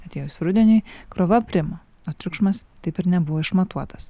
atėjus rudeniui krova aprimo o triukšmas taip ir nebuvo išmatuotas